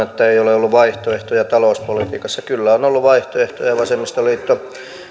että ei ole ollut vaihtoehtoja talouspolitiikassa kyllä on ollut vaihtoehtoja vasemmistoliitto